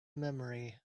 memory